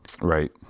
Right